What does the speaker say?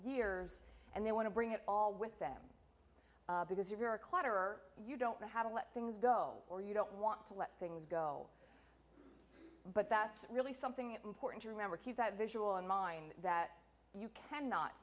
years and they want to bring it all with them because you're a clutter you don't know how to let things go or you don't want to let things go but that's really something important to remember keep that visual in mind that you can not